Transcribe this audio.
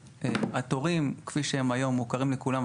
התורים כפי שהם היום, מוכרים לכולם.